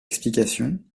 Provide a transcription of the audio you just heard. explication